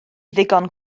ddigon